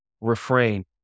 refrain